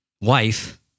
wife